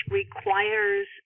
requires